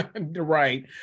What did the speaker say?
Right